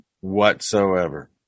whatsoever